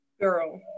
Girl